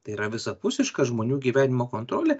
tai yra visapusiška žmonių gyvenimo kontrolė